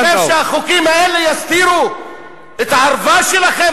אתה חושב שהחוקים האלה יסתירו את הערווה שלכם,